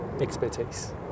expertise